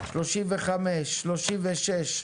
35, 36,